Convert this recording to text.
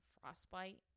frostbite